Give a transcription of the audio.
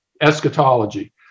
eschatology